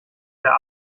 der